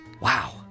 Wow